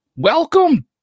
Welcome